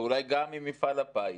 ואולי גם עם מפעל הפיס,